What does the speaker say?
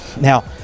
Now